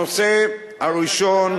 הנושא הראשון,